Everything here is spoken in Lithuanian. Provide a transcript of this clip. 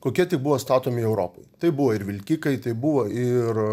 kokie tik buvo statomi europoj tai buvo ir vilkikai tai buvo ir